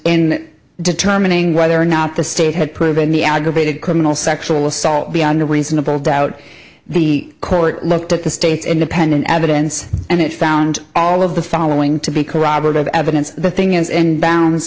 in determining whether or not the state had proven the aggravated criminal sexual assault beyond a reasonable doubt the court looked at the state's independent evidence and it found all of the following to be corroborative evidence the thing is in b